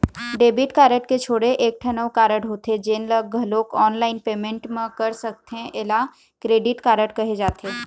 debit card के छोड़े एकठन अउ कारड होथे जेन ल घलोक ऑनलाईन पेमेंट म कर सकथे एला क्रेडिट कारड कहे जाथे